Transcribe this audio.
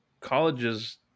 colleges